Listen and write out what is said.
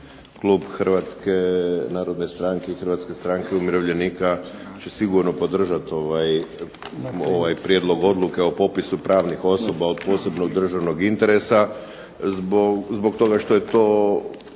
narodne stranke i Hrvatske stranke umirovljenika će sigurno podržati ovaj Prijedlog Odluke o popisu pravnih osoba od posebnog državnog interesa, zbog toga što je to